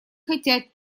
хотят